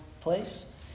place